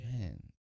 man